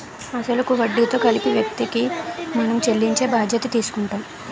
అసలు కు వడ్డీతో కలిపి వ్యక్తికి మనం చెల్లించే బాధ్యత తీసుకుంటాం